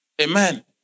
Amen